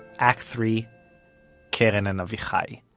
act three kirin and avichai